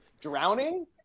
drowning